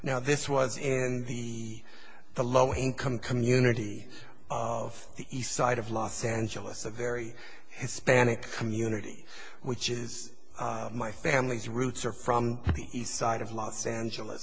now this was in the the low income community of the east side of los angeles a very hispanic community which is my family's roots are from the east side of los angeles